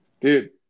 dude